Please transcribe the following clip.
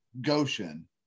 Goshen